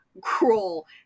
cruel